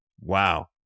Wow